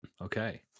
okay